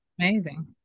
Amazing